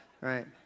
Right